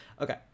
Okay